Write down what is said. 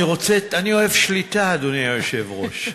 אני אוהב שליטה, אדוני היושב-ראש.